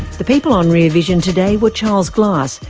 the people on rear vision today were charles glass,